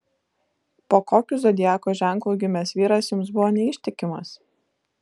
po kokiu zodiako ženklu gimęs vyras jums buvo neištikimas